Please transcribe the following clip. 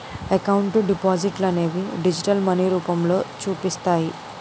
account డిపాజిట్లనేవి digital money రూపంలో చూపిస్తాయి